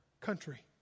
country